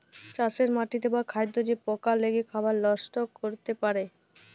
চাষের মাটিতে বা খাদ্যে যে পকা লেগে খাবার লষ্ট ক্যরতে পারে